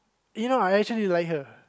you know I actually like her